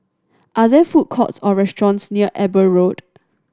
are there food courts or restaurants near Eber Road